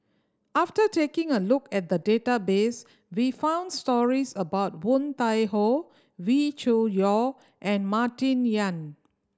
after taking a look at the database we found stories about Woon Tai Ho Wee Cho Yaw and Martin Yan